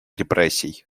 репрессий